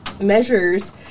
measures